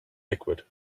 liquid